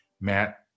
Matt